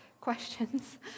questions